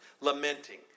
lamenting